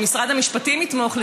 שמשרד המשפטים יתמוך.